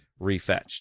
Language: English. refetched